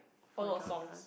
oh no songs